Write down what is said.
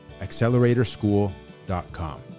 acceleratorschool.com